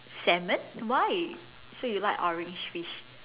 salmon why so you like orange fish